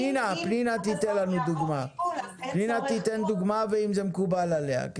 פנינה תיתן לנו דוגמה ותאמר אם זה מקובל עליה.